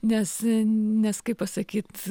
nes nes kaip pasakyt